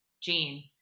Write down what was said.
gene